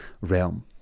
realm